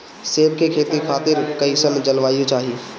सेब के खेती खातिर कइसन जलवायु चाही?